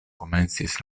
komencis